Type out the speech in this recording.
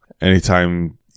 anytime